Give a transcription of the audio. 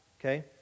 Okay